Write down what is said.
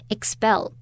Expel